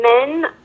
men